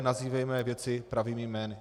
Nazývejme věci pravými jmény.